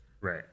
Right